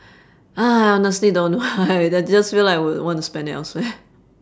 ah honestly don't know just feel like I would want to spend it elsewhere